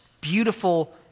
beautiful